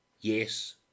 Yes